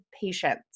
patients